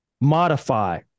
modify